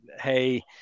hey